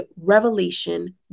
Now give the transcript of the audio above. revelation